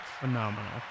phenomenal